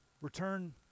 Return